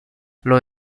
los